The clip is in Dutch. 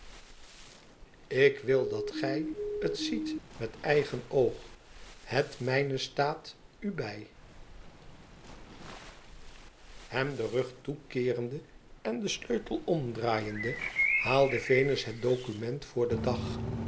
k wil dat gij t ziet met eigen oog het mijne staat u bij hem den rug toekeerende en een sleutel omdraaiende haalde venns het document voor den dag